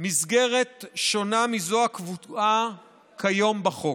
מסגרת שונה מזו הקבועה כיום בחוק.